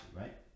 right